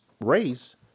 race